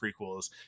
prequels